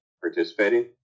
participating